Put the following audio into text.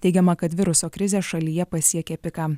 teigiama kad viruso krizė šalyje pasiekė piką